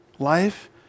Life